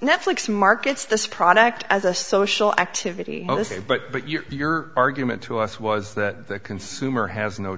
netflix markets this product as a social activity but but your argument to us was that the consumer has no